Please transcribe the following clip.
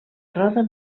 roda